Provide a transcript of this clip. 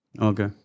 Okay